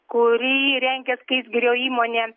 kurį rengia skaisgirio įmonė